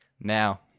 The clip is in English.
Now